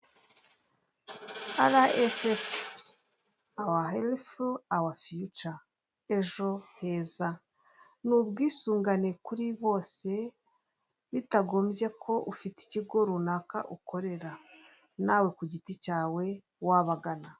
Ara esesibi, awa herifu, awa fiyuca. Ejo heza. Ni ubwisungane kuri bose, bitagombye ko ufite ikigo runaka ukorera. Nawe ku giti cyawe wabagana.